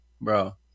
bro